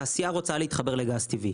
התעשייה רוצה להתחבר לגז טבעי.